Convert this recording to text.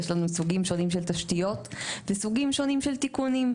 יש לנו סוגים שונים של תשתיות וסוגים שונים של תיקונים.